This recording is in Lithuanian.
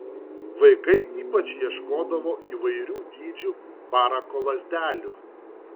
vaikai ypač ieškodavo įvairių dydžių parako lazdelių